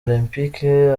olempike